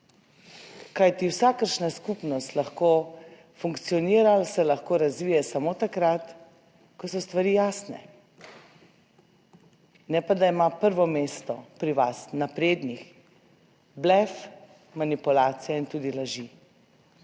Kajti vsakršna skupnost lahko funkcionira, se lahko razvije samo takrat, ko so stvari jasne, ne pa da ima prvo mesto pri vas naprednih blef, manipulacije in tudi laži